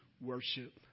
worship